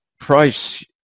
price